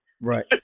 Right